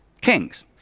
kings